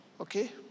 Okay